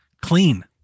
clean